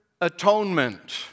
Atonement